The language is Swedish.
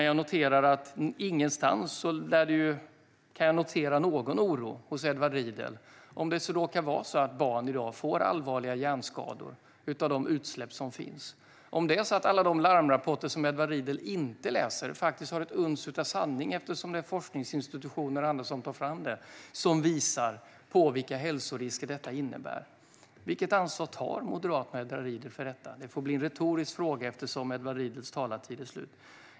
Jag noterar att jag inte kan notera någon oro hos Edward Riedl för om det råkar vara så att barn i dag får allvarliga hjärnskador av de utsläpp som finns, och om det är så att alla de larmrapporter som Edward Riedl inte läser faktiskt har ett uns av sanning eftersom det är forskningsinstitutioner och andra som tar fram dem och som visar vilka hälsorisker detta innebär. Vilket ansvar tar Moderaterna och Edward Riedl för detta? Det får bli en retorisk fråga eftersom Edward Riedls talartid är slut.